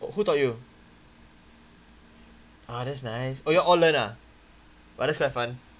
who taught you ah that's nice oh you all all learn ah !wah! that's quite fun